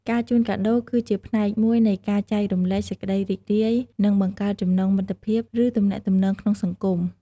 ការជូនកាដូ គឺជាផ្នែកមួយនៃការចែករំលែកសេចក្តីរីករាយ និងបង្កើតចំណងមិត្តភាព ឬទំនាក់ទំនងក្នុងសង្គម។